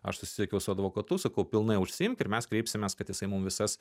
aš susisiekiau su advokatu sakau pilnai užsiimti ir mes kreipsimės kad jisai mum visas